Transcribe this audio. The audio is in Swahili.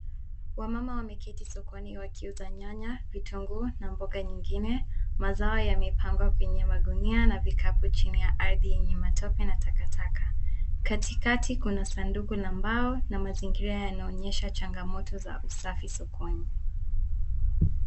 Wamama wameketi sokoni wakiuza nyanya, vitunguu, na mboga nyigine. Mazao yamepangwa kwenye magunia na vikapu, chini ya ardhi yenye matope na takataka. Katikati kuna sanduku la mbao, na mazingira yanaonyesha changamoto za usafi sokoni.